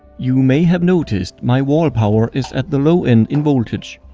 you may have noticed, my wall power is at the low end in voltage.